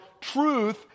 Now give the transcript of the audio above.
truth